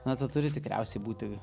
na tu turi tikriausiai būti